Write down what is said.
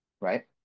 Right